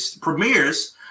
premieres